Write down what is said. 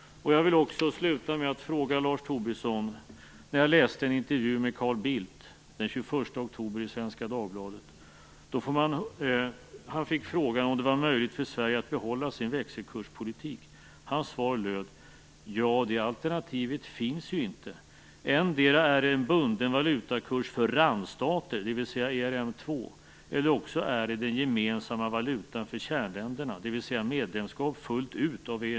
Jag vill sluta med att fråga Lars Tobisson om en sak. Jag läste en intervju med Carl Bildt den 21 oktober i Svenska Dagbladet. Han fick frågan om det var möjligt för Sverige att behålla sin växelkurspolitik. Hans svar lydde: "Ja, det alternativet finns ju inte. Endera är det en bunden valutakurs för randstater, det vill säga ERM 2, eller också är det den gemensamma valutan för kärnländerna, det vill säga medlemskap fullt ut av EMU."